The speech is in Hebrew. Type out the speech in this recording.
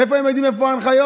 איפה הם יודעים איפה ההנחיות?